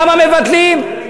למה מבטלים?